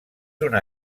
una